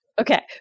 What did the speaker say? Okay